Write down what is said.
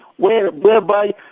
whereby